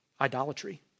idolatry